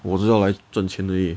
我只是要来赚钱而已